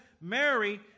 Mary